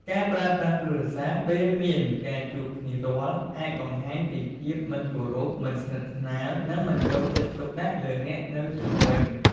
ការប្រើទូរស័ព្ទពេលមានការជួបគ្នាផ្ទាល់អាចបង្ហាញពីភាពមិនគោរព មិនស្និទ្ធស្នាល និងមិនយកចិត្តទុកដាក់លើអ្នកនៅជុំវិញ។